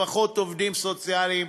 פחות עובדים סוציאליים,